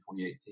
2018